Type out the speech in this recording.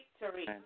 victory